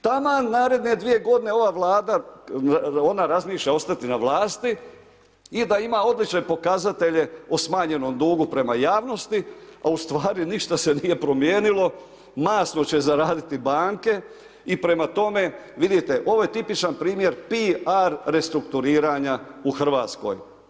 Taman naredne godine ova Vlada, ona razmišlja ostati na vlasti i da ima odlične pokazatelje o smanjenom dugu prema javnosti a u stvari ništa se nije promijenilo, masno će zaraditi banke i prema tome ovo je tipičan primjer pi ar restrukturiranja u Hrvatskoj.